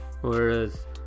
Whereas